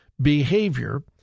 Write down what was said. behavior